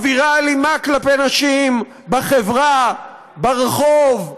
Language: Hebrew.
אווירה אלימה כלפי נשים בחברה, ברחוב,